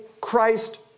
Christ